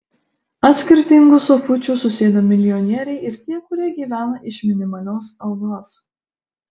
ant skirtingų sofučių susėdo milijonieriai ir tie kurie gyvena iš minimalios algos